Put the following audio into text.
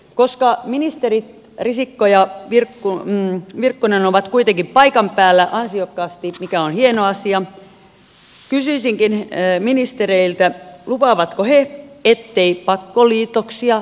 koska ministerit risikko ja virkkunen ovat kuitenkin paikan päällä ansiokkaasti mikä on hieno asia kysyisinkin ministereiltä lupaavatko he ettei pakkoliitoksia tule kuntauudistuksessa